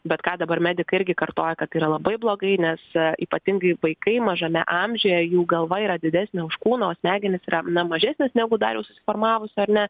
bet ką dabar medikai irgi kartoja kad tai yra labai blogai nes ypatingai vaikai mažame amžiuje jų galva yra didesnė už kūną o smegenys yra na mažesnės negu dar jau susiformavus ar ne